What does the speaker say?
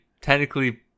technically